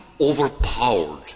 overpowered